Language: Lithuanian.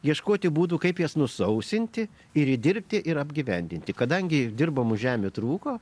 ieškoti būdų kaip jas nusausinti ir įdirbti ir apgyvendinti kadangi dirbamų žemių trūko